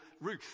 Ruth